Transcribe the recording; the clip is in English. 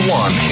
one